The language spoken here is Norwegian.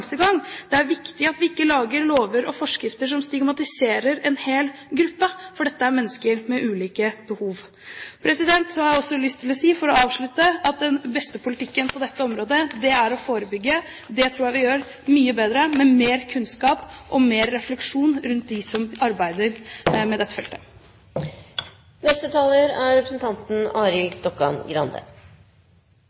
at vi ikke lager lover og forskrifter som stigmatiserer en hel gruppe, for dette er mennesker med ulike behov. Så har jeg lyst til å avslutte med å si at den beste politikken på dette området er å forebygge. Det tror jeg vi gjør mye bedre med mer kunnskap og mer refleksjon hos dem som arbeider på dette feltet.